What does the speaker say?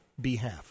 behalf